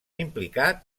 implicat